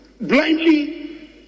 blindly